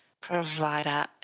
provider